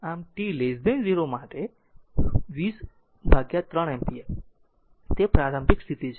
આમ t 0 માટે 203 ampere તે પ્રારંભિક સ્થિતિ છે